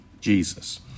Jesus